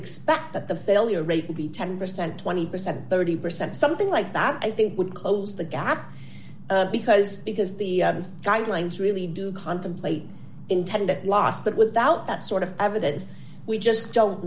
expect that the failure rate would be ten percent twenty percent thirty percent something like that i think would close the gap because because the guidelines really do contemplate intendant loss but without that sort of evidence we just don't